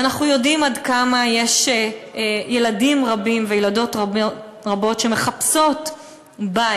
אנחנו יודעים עד כמה יש ילדים רבים וילדות רבות שמחפשות בית,